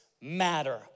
matter